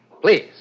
Please